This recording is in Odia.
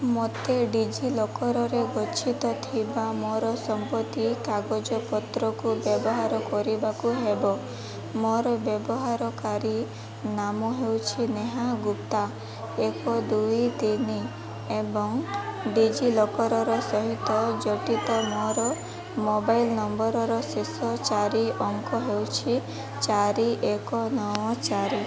ମୋତେ ଡି ଜି ଲକର୍ରେ ଗଚ୍ଛିତ ଥିବା ମୋର ସମ୍ପତ୍ତି କାଗଜପତ୍ରକୁ ବ୍ୟବହାର କରିବାକୁ ହେବ ମୋର ବ୍ୟବହାରୀ ନାମ ହେଉଛି ନେହା ଗୁପ୍ତା ଏକ ଦୁଇ ତିନି ଏବଂ ଡି ଜି ଲକର୍ ସହିତ ଜଡ଼ିତ ମୋର ମୋବାଇଲ ନମ୍ବରର ଶେଷ ଚାରି ଅଙ୍କ ହେଉଛି ଚାରି ଏକ ନଅ ଚାରି